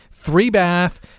Three-bath